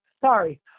Sorry